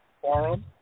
forum